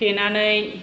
फेनानै